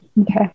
Okay